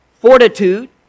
fortitude